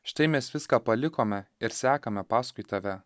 štai mes viską palikome ir sekame paskui tave